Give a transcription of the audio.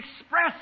express